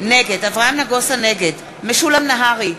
נגד משולם נהרי,